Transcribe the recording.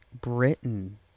britain